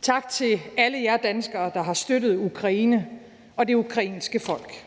Tak til alle jer danskere, der har støttet Ukraine og det ukrainske folk